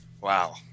Wow